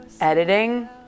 editing